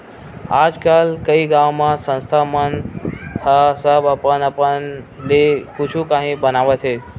आजकल कइ गाँव म संस्था मन ह सब अपन अपन ले कुछु काही बनावत हे